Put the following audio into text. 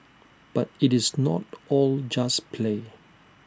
but IT is not all just play